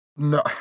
No